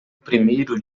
primeiro